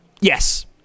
Yes